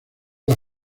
las